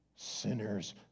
Sinners